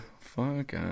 Fuck